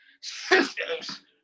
systems